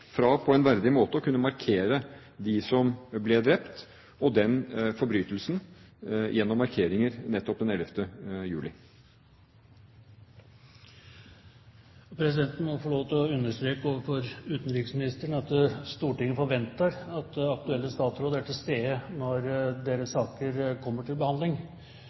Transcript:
fra på en verdig måte å ha markeringer nettopp den 11. juli, knyttet til dem som ble drept, og den forbrytelsen. Presidenten må få lov til å understreke overfor utenriksministeren at Stortinget forventer at aktuelle statsråder er til stede når deres saker kommer til behandling.